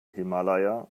himalaya